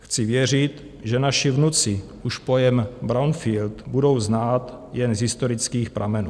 Chci věřit, že naši vnuci už pojem brownfield budou znát jen z historických pramenů.